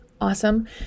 awesome